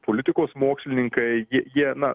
politikos mokslininkai jie jie na